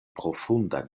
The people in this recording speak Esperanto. profundan